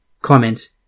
Comments